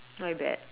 my bad